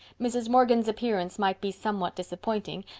mrs. morgan's appearance might be somewhat disappointing,